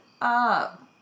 up